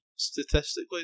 Statistically